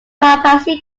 papacy